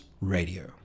Radio